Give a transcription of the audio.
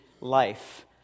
life